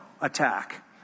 attack